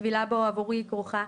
הטבילה בו עבורי כרוכה,